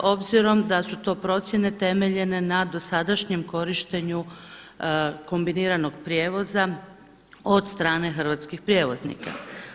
Obzirom da su to procjene temeljene na dosadašnjem korištenju kombiniranog prijevoza od strane hrvatskih prijevoznika.